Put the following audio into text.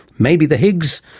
maybe the higgs,